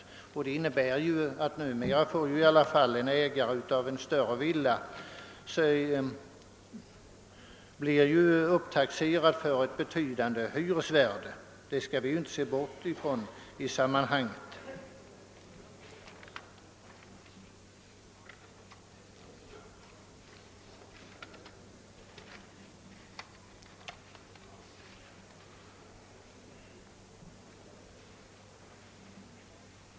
Nu blir i alla fall en ägare av en större villa betydligt upptaxerad, vilket man inte får bortse från i detta sammanhang.